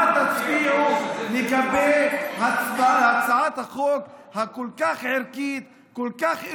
תצביעו לגבי הצעת החוק הערכית כל כך,